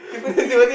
Timothy